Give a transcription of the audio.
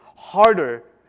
Harder